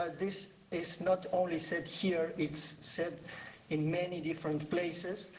ah this is not only said here, it's said in many different places,